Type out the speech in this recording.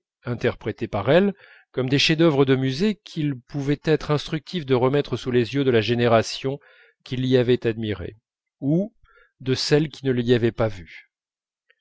interprétés par elle comme des chefs-d'œuvre de musée qu'il pouvait être instructif de remettre sous les yeux de la génération qui l'y avait admirée ou de celle qui ne l'y avait pas vue